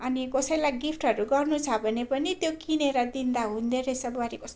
अनि कसैलाई गिफ्टहरू गर्नु छ भने पनि त्यो किनेर दिँदा हुँदोरहेछ बुहारी कस्तो